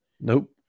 Nope